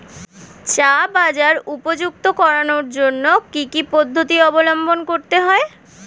চা বাজার উপযুক্ত করানোর জন্য কি কি পদ্ধতি অবলম্বন করতে হয়?